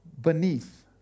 beneath